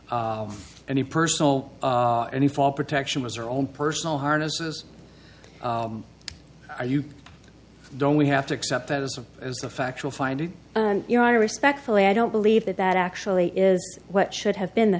any personal any fall protection was her own personal harnesses or you don't we have to accept that as a as a factual finding you know i respectfully i don't believe that that actually is what should have been the